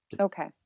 Okay